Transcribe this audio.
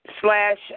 slash